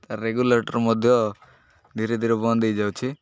ତା ରେଗୁଲେଟର୍ ମଧ୍ୟ ଧୀରେ ଧୀରେ ବନ୍ଦ ହୋଇଯାଉଛି